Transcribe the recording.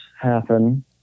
happen